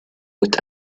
with